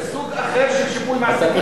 זה סוג אחר של שיפוי מעסיקים.